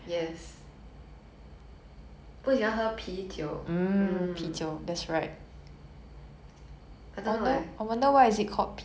I don't know leh no idea and I'm not gonna google so let's move on ya